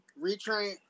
retrain